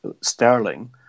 Sterling